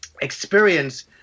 experience